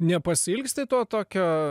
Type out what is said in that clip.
nepasiilgsti to tokio